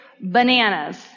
bananas